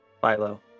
Philo